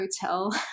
hotel